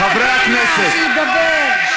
קדימה, שידבר.